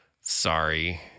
sorry